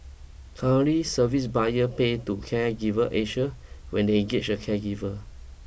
currently service buyer pay to Caregiver Asia when they engage a caregiver